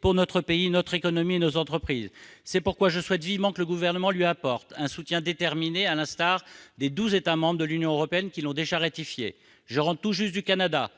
pour notre pays, notre économie et nos entreprises. C'est pourquoi je souhaite vivement que le Gouvernement lui apporte un soutien déterminé, à l'instar des douze États membres de l'Union européenne qui l'ont déjà ratifié. Je rentre tout juste du Canada,